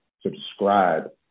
subscribe